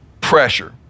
pressure